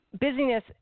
busyness